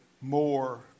more